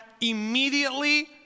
immediately